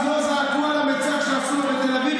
אז לא זעקו על המיצג שעשו בתל אביב,